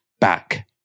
back